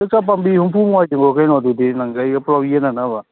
ꯌꯣꯡꯆꯥꯛ ꯄꯥꯝꯕꯤ ꯍꯨꯝꯐꯨ ꯃꯉꯥꯏ ꯄꯨꯔꯛꯑꯒ ꯀꯩꯅꯣ ꯑꯗꯨꯗꯤ ꯅꯪꯒ ꯑꯩꯒ ꯄꯨꯂꯞ ꯌꯦꯅꯅꯕ